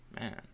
man